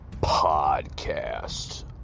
Podcast